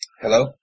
Hello